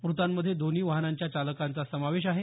मृतांमध्ये दोन्ही वाहनांच्या चालकांचा समावेश आहे